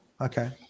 okay